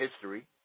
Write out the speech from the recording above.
history